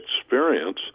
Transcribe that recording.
experience